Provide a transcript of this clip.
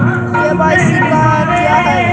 KYC का है, और कैसे कर सकली हे?